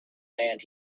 land